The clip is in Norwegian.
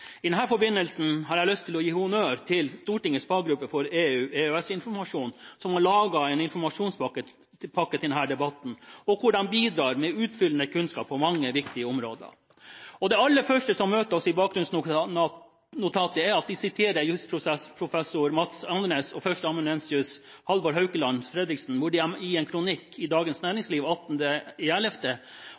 I den forbindelse har jeg lyst til å gi honnør til Stortingets faggruppe for EU/EØS-informasjon, som har laget en informasjonspakke til denne debatten, og hvor de bidrar med utfyllende kunnskap på mange viktige områder. Det aller første som møter oss i bakgrunnsnotatet, er at de siterer jusprofessor Mads Andenæs og førsteamanuensis Halvard Haukeland Fredriksen, som i en kronikk i Dagens Næringsliv